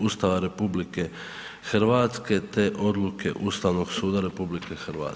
Ustava RH te Odluke Ustavnog suda RH.